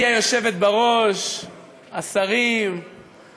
אני קובעת כי הצעת חוק קליטת חיילים משוחררים (תיקון,